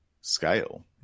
scale